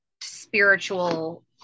spiritual